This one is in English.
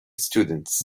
students